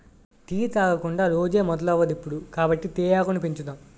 tea తాగకుండా రోజే మొదలవదిప్పుడు కాబట్టి తేయాకును పెంచుదాం